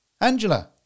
Angela